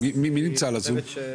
נמצאת?